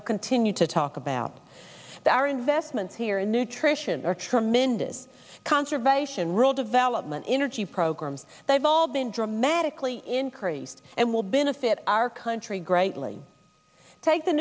will continue to talk about that our investments here in nutrition are tremendous conservation rural development energy programs they've all been dramatically increased and will benefit our country greatly take the